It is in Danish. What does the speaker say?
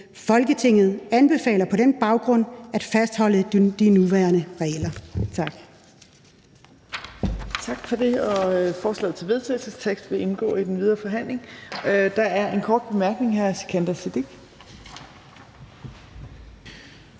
Folketinget anbefaler på den baggrund at fastholde de nuværende regler.«